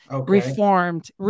reformed